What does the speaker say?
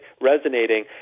resonating